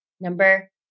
number